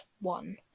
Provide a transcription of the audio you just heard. one